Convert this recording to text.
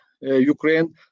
Ukraine